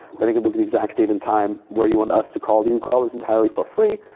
then you can book the exact date and time where you want us to call you. call is entirely for free,